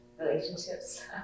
relationships